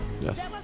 Yes